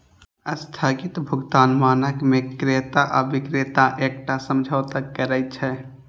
स्थगित भुगतान मानक मे क्रेता आ बिक्रेता एकटा समझौता करै छै